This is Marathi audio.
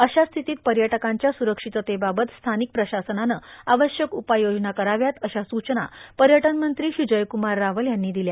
अशा स्थितीत पर्यटकांच्या स्ररक्षिततेबाबत स्थानिक प्रशासनानं आवश्यक उपाययोजना कराव्यात अशा स्रचना पर्यटनमंत्री श्री जयक्रमार रावल यांनी दिल्या